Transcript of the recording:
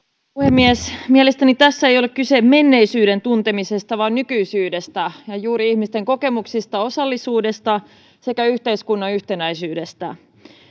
puhemies mielestäni tässä ei ole kyse menneisyyden tuntemisesta vaan nykyisyydestä ja juuri ihmisten kokemuksista osallisuudesta sekä yhteiskunnan yhtenäisyydestä